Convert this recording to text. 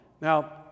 Now